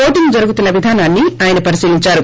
voting జరుగుతున్న విధానాన్ని ఆయన పరిశీలించారు